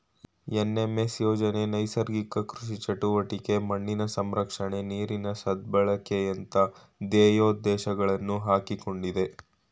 NMSA ಯೋಜನೆ ನೈಸರ್ಗಿಕ ಕೃಷಿ ಚಟುವಟಿಕೆ, ಮಣ್ಣಿನ ಸಂರಕ್ಷಣೆ, ನೀರಿನ ಸದ್ಬಳಕೆಯಂತ ಧ್ಯೇಯೋದ್ದೇಶಗಳನ್ನು ಹಾಕಿಕೊಂಡಿದೆ